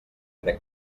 crec